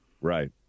Right